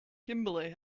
kimberly